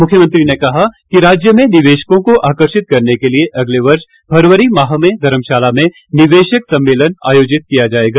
मुख्यमंत्री ने कहा कि राज्य में निवेशकों को आकर्षित करने के लिए अगले वर्ष फरवरी माह में धर्मशाला में निवेशक सम्मेलन आयोजित किया जाएगा